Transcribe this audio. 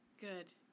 good